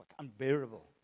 unbearable